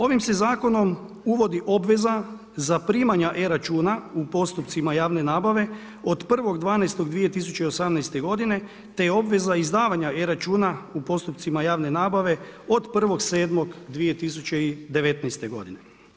Ovim se zakonom uvodi obveza zaprimanja e-računa u postupcima javne nabave od 1. 12. 2018. godine te je obveza izdavanja e-računa u postupcima javne nabave od 1. 7. 2019. godine.